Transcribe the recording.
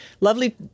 lovely